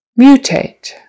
mutate